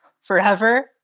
forever